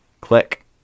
Click